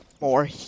more